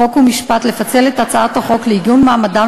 חוק ומשפט לפצל את הצעת חוק לעיגון מעמדם